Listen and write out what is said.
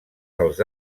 dels